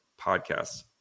podcasts